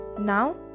Now